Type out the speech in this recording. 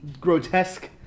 grotesque